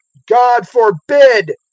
god forbid!